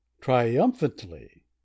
Triumphantly